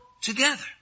together